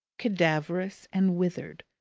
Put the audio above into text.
cadaverous, and withered,